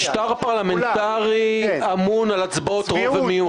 משטר פרלמנטרי אמון על הצבעות רוב ומיעוט.